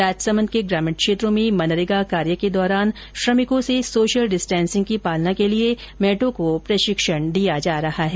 राजसमंद के ग्रामीण क्षेत्रों में मनरेगा कार्य के दौरान श्रमिकों से सोशियल डिस्टेंसिंग की पालना के लिए मेटों को प्रशिक्षण दिया जा रहा है